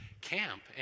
camp